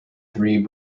three